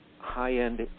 high-end